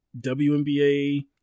WNBA